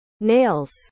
nails